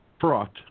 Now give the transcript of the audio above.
fraught